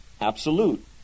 absolute